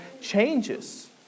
changes